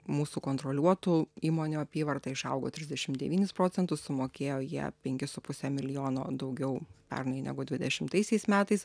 mūsų kontroliuotų įmonių apyvarta išaugo trisdešim devynis procentus sumokėjo jie penkis su puse milijono daugiau pernai negu dvidešimtaisiais metais